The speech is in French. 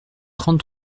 trente